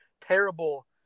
terrible